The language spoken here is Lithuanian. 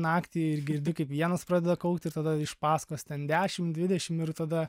naktį ir girdi kaip vienas pradeda kaukt ir tada iš pasakos ten dešim dvidešim ir tada